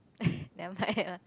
never mind lah